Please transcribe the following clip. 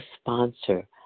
sponsor